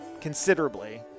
considerably